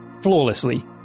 flawlessly